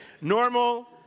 normal